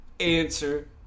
Answer